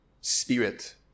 spirit